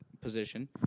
position